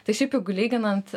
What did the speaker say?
tai šiaip jeigu lyginant